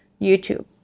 YouTube